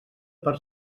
per